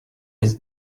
has